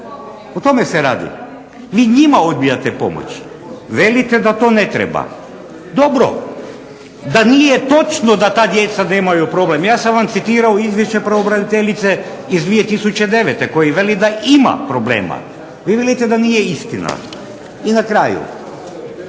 O tome se radi, vi njima odbijate pomoć, velite da to ne treba, dobro. DA nije točno da ta djeca nemaju problem, ja sam vam citirao izvješće pravobraniteljice iz 2009. koji veli da ima problema. Vi velite da nije istina. I na kraju